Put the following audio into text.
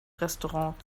restaurant